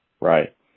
Right